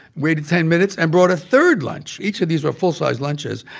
waited ten minutes and brought a third lunch. each of these were full-sized lunches.